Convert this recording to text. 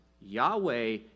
Yahweh